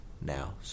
now